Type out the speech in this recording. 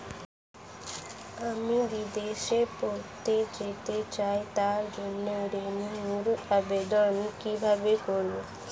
আমি বিদেশে পড়তে যেতে চাই তার জন্য ঋণের আবেদন কিভাবে করব?